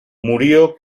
murió